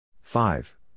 five